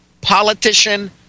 politician